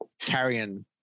carrion